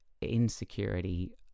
insecurity